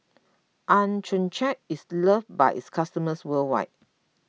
Accucheck is loved by its customers worldwide